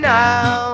now